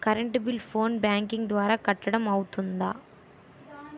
Current bill phone banking ద్వారా కట్టడం అవ్తుందా?